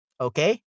okay